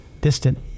distant